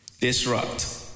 Disrupt